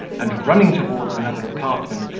and running towards another apartment,